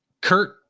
Kurt